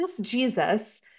Jesus